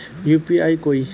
UPI कोई